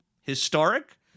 historic